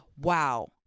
wow